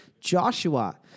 Joshua